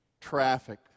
traffic